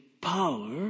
power